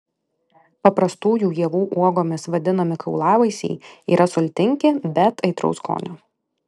paprastųjų ievų uogomis vadinami kaulavaisiai yra sultingi bet aitraus skonio